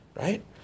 right